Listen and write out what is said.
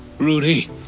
Rudy